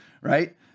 right